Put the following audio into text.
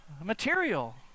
material